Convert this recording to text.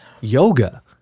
yoga